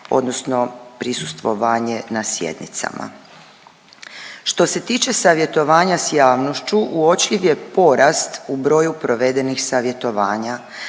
odnosno prisustvovanje na sjednicama. Što se tiče savjetovanja sa javnošću uočljiv je porast u broju provedenih savjetovanja.